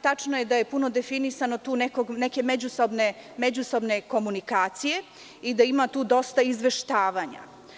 Tačno je da je tu puno definisano neke međusobne komunikacije i da tu ima dosta izveštavanja.